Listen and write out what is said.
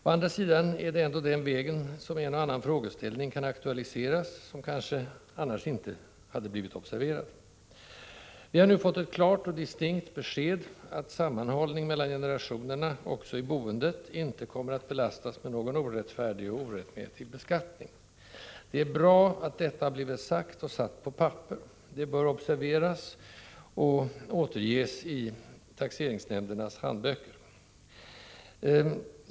Å andra sidan är det ändå den vägen som en och annan frågeställning, som annars kanske inte hade blivit observerad, kan aktuali Seras. Vi har nu fått ett klart och distinkt besked att sammanhållning mellan generationerna också i boendet inte kommer att belastas med någon orättfärdig och orättmätig beskattning. Det är bra att detta blivit sagt och satt på papper. Det bör observeras och återges i taxeringsnämndernas handböcker.